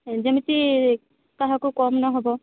ଯେମିତି କାହାକୁ କମ୍ ନ ହେବ